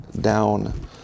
down